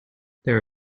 there